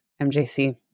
MJC